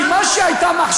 כי המחשבה שהייתה,